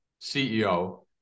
CEO